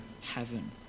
heaven